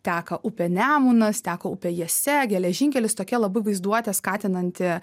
teka upė nemunas teka upė jiesia geležinkelis tokia labai vaizduotę skatinanti